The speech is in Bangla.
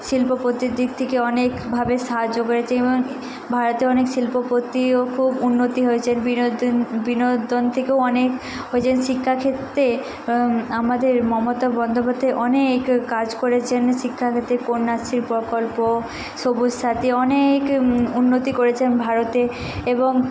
শিল্পপতির দিক থেকে অনেকভাবে সাহায্য করেছে এবং ভারতে অনেক শিল্পপতিও খুব উন্নতি হয়েছে বিনোদন বিনোদন থেকেও অনেক ওই যে শিক্ষাক্ষেত্রে দিক থেকে আমাদের মমতা বন্দ্যোপাধ্যায় অনেক কাজ করেছেন শিক্ষাক্ষেত্রে কন্যাশ্রী প্রকল্প সবুজ সাথি অনেক উন্নতি করেছেন ভারতে এবং